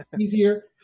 easier